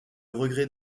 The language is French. regret